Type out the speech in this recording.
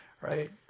right